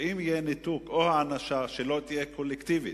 ואם יהיו ניתוק או הענשה, שלא יהיו קולקטיביים,